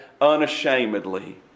unashamedly